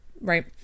right